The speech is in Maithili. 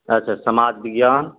अच्छा समाज बिज्ञान